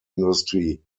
industry